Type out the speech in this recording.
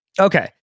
Okay